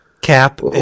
Cap